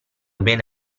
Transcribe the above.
bene